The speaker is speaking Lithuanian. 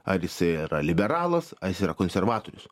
ar jis yra liberalas ar jis yra konservatorius